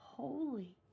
Holy